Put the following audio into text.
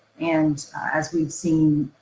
and as we've seen,